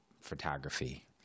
photography